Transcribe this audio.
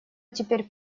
теперь